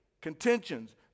contentions